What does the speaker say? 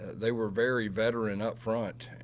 they were very veteran up front,